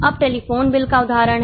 अब telephone bill का उदाहरण है